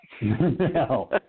No